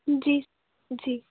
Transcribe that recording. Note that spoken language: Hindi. जी जी